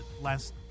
last